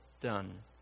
done